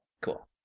Cool